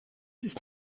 ist